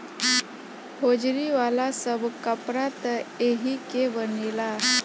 hosiery वाला सब कपड़ा त एही के बनेला